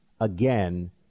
again